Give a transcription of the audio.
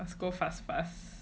that's go fastpass